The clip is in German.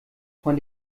von